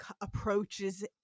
approaches